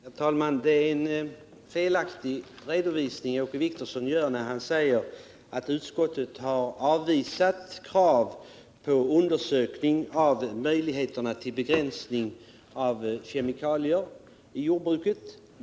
Herr talman! Åke Wictorsson gör sig skyldig till en felaktig redovisning när han säger att utskottet har avvisat kravet på undersökning av möjligheterna till begränsning av användningen av kemikalier i jordbruket.